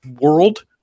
world